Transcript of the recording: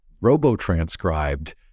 robo-transcribed